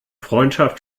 freundschaft